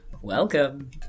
Welcome